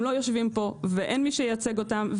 הם לא יושבים פה ואין מי שייצג אותם.